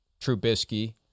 Trubisky